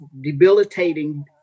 debilitating